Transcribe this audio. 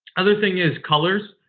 other thing is colors.